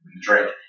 drink